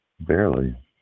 Barely